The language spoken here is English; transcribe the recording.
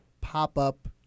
pop-up